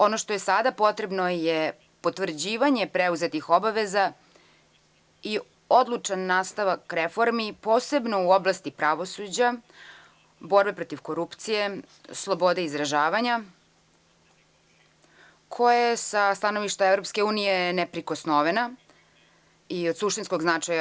Ono što je sada potrebno jeste potvrđivanje preuzetih obaveza i odlučan nastavak reformi, posebno u oblasti pravosuđa, borbe protiv korupcije, slobode izražavanja koja je sa stanovišta EU neprikosnovena i od suštinskog značaja EU.